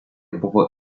buvo